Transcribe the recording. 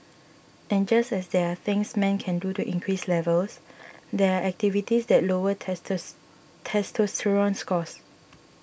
and just as there are things men can do to increase levels there are activities that lower testos testosterone scores